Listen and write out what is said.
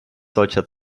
solcher